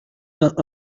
vingt